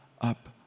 up